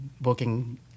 booking